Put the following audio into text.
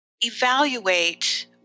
evaluate